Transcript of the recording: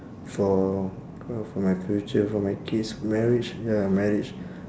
for uh for my future for my kids marriage ya marriage